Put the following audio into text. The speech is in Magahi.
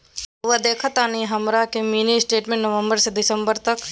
रहुआ देखतानी हमरा के मिनी स्टेटमेंट नवंबर से दिसंबर तक?